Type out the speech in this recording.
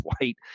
white